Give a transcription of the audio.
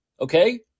Okay